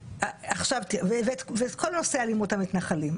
ואת כל נושא אלימות המתנחלים.